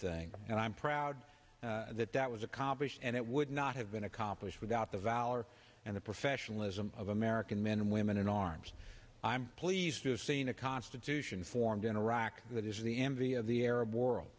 thing and i'm proud that that was accomplished and it would not have been accomplished without the valor and the professionalism of american men and women in arms i'm pleased to have seen a constitution formed in iraq that is the envy of the arab world